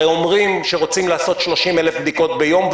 הרי אומרים שרוצים לעשות 30,000 בדיקות ביום,